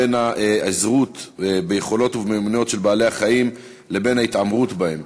בין היעזרות ביכולות ובמיומנות של בעלי-החיים לבין התעמרות בהם,